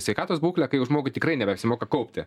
sveikatos būkle kai jau žmogui tikrai nebeapsimoka kaupti